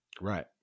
Right